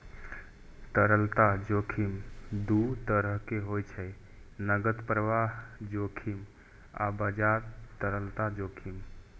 तरलता जोखिम दू तरहक होइ छै, नकद प्रवाह जोखिम आ बाजार तरलता जोखिम